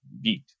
beat